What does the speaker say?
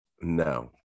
No